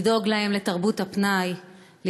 לדאוג להם לתרבות הפנאי,